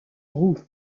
groulx